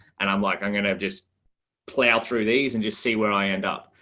and i'm like, i'm going to um just plow through these and just see where i end up.